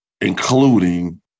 including